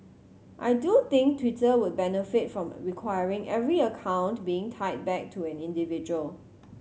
I do think Twitter would benefit from requiring every account being tied back to an individual